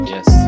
Yes